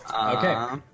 Okay